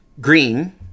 green